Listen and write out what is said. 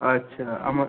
আচ্ছা আমার